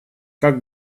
как